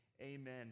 Amen